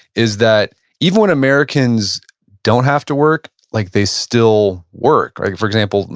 is that even when americans don't have to work, like they still work. like for example,